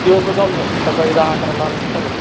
दिवसभर चालूच असतं सकाळी दहा अकराला आला तर चालेल